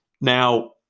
Now